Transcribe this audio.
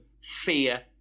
fear